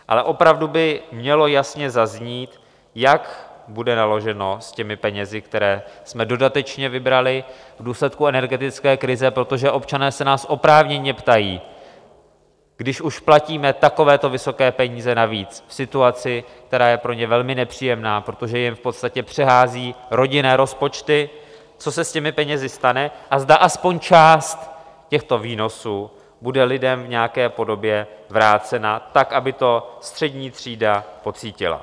Ale opravdu by mělo jasně zaznít, jak bude naloženo s těmi penězi, které jsme dodatečně vybrali v důsledku energetické krize, protože občané se nás oprávněně ptají, když už platíme takovéto vysoké peníze navíc v situaci, která je pro ně velmi nepříjemná, protože jim v podstatě přehází rodinné rozpočty, co se s těmi penězi stane a zda aspoň část těchto výnosů bude lidem v nějaké podobě vrácena tak, aby to střední třída pocítila.